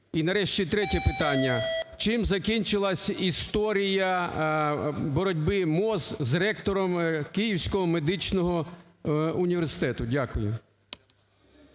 І, нарешті, третє питання. Чим закінчилась історія боротьби МОЗ з ректором Київського медичного університету? Дякую.